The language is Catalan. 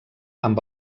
amb